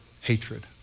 hatred